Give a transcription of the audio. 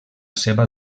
seva